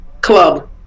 club